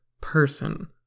person